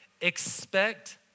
expect